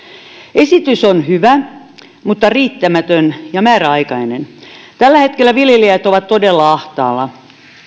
esitys on hyvä mutta riittämätön ja määräaikainen tällä hetkellä viljelijät ovat todella ahtaalla